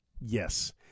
yes